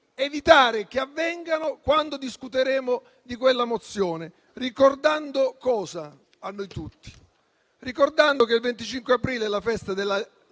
evitare che avvengano quando discuteremo di quella mozione, ricordando cosa a noi tutti? Ricordando che il 25 aprile è la Festa della